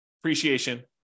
appreciation